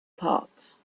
parts